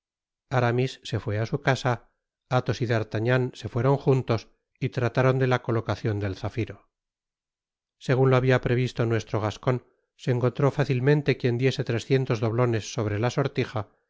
aramis se fué á su casa áthos y d'artagnan'se fueron jontos y trataron de la colocacion del zafiro segun lo habiai previsto nuestro gascon se encontró fáoitmentequien diese trescientos doblones sobre la sortija